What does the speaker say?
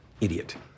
Idiot